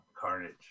carnage